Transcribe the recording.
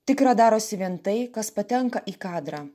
tikra darosi vien tai kas patenka į kadrą